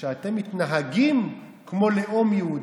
כשאתם מתנהגים כמו לאום יהודי,